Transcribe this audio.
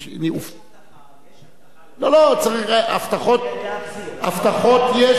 יש הבטחה, הבטחות יש.